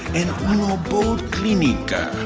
in uno bold clinica,